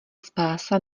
spása